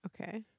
Okay